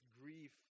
grief